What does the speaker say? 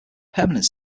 permanent